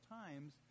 times